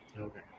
Okay